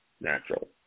natural